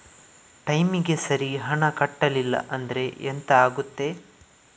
ಟೈಮಿಗೆ ಸರಿ ಹಣ ಕಟ್ಟಲಿಲ್ಲ ಅಂದ್ರೆ ಎಂಥ ಆಗುತ್ತೆ?